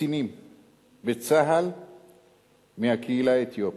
קצינים בצה"ל מהקהילה האתיופית.